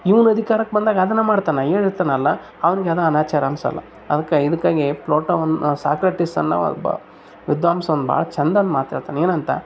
ಇವ್ವು ಅಧಿಕಾರಕ್ ಬಂದಾಗ ಅದನ್ನ ಮಾಡ್ತಾನೆ ಹೇಳಿರ್ತಾನಲ್ಲ ಅವ್ನಿಗೆ ಅದು ಅನಾಚಾರ ಅನಿಸಲ್ಲ ಅದಕ್ಕೆ ಇದಕ್ಕಾಗಿ ಪ್ಲೋಟೋವನ್ನು ಸಾಕ್ರೆಟೀಸನ್ನು ಒಬ್ಬ ವಿಧ್ವಾಂಸ್ ಅವ್ನ ಭಾಳ ಚಂದ ಮಾತು ಹೇಳ್ತಾನೆ ಏನಂತ